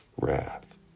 wrath